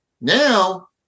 now